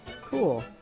cool